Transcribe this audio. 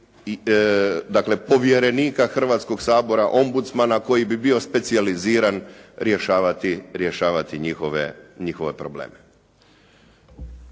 uvesti povjerenika Hrvatskog sabor Ombudsmana koji bi bio specijaliziran rješavati njihove probleme.